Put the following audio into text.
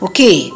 Okay